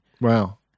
Wow